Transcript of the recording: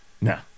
No